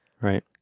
Right